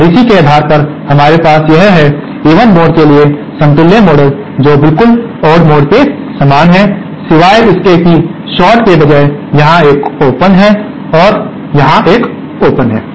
और इसी के आधार पर हमारे पास यह है इवन मोड के लिए समतुल्य मॉडल जो बिल्कुल ओड मोड के समान है सिवाय इसके कि शॉर्ट के बजाय यहां एक ओपन है और यहां एक ओपन है